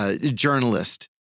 Journalist